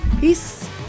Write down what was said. peace